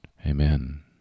Amen